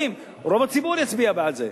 כן, נישואים אזרחיים, רוב הציבור יצביע בעד זה.